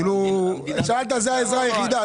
כאילו, שאלת זה העזרה היחידה.